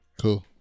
Cool